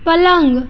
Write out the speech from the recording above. पलंग